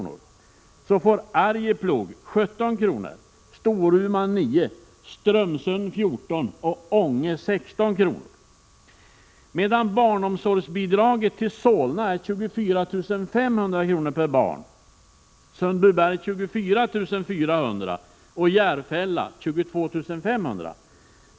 per person i bidrag, får Arjeplog 17 kr., Storuman 9 kr., Strömsund 14 kr. och Ånge 16 kr. per person i bidrag. Medan barnomsorgsbidraget till Solna är 24 500 kr., till Sundbyberg 24 400 kr. och till Järfälla 22 500 kr.